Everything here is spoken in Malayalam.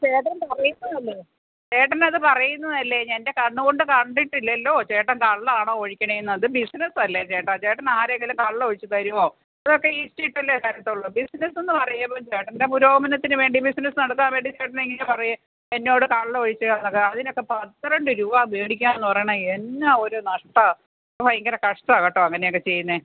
ചേട്ടൻ പറയുന്നതല്ലേ ചേട്ടനത് പറയുന്നതല്ലേ എൻ്റെ കണ്ണു കൊണ്ട് കണ്ടിട്ടില്ലല്ലോ ചേട്ടൻ കള്ളാണോ ഒഴിക്കുന്നത് ബിസിനസ്സല്ലേ ചേട്ടാ ചേട്ടനാരെങ്കിലും കള്ളൊഴിച്ച് തരുമോ ഇതൊക്കെ ഈസ്റ്റിട്ടല്ലേ തരത്തുള്ളൂ ബിസിനസ്സെന്നു പറയുമ്പോൾ ചേട്ടൻ്റെ പുരോഗമനത്തിനു വേണ്ടി ബിസിനസ്സ് നടത്താൻ വേണ്ടി ചേട്ടനിങ്ങനെ പറയാ എന്നോട് കള്ളൊഴിച്ചാണത് അതിനൊക്കെ പന്ത്രണ്ട് രൂപാ മേടിക്കുകയെന്നു പറയുന്നത് എന്നാ ഒരു നഷ്ടമാണ് ഭയങ്കര കഷ്ടമാണ് കേട്ടോ അങ്ങനെയൊക്കെ ചെയ്യുന്നത്